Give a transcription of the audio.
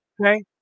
okay